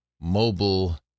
mobile